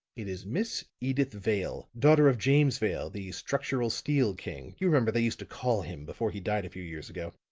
it is miss edyth vale, daughter of james vale, the structural steel king you remember they used to call him before he died a few years ago.